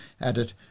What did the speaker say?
added